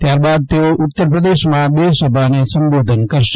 ત્યાર બાદ તેઓ ઉત્તર પ્રદેશમાં બે સભાને સંબોધન કરશે